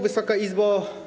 Wysoka Izbo!